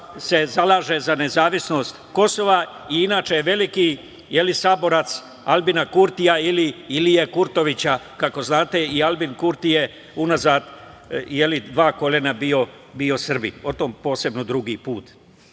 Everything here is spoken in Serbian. se zalaže za nezavisnost Kosova. Inače je veliki saborac Aljbina Kurtija ili Ilije Kurtovića, kako znate i Aljbin Kurti je unazad dva kolena bio Srbin. O tome posebno, drugi